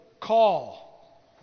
call